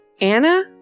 Anna